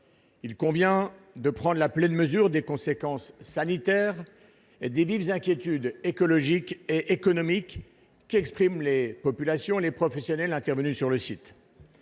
Il convient de prendre la pleine mesure des conséquences sanitaires et des vives inquiétudes écologiques et économiques qu'expriment les populations et les professionnels intervenus sur le site.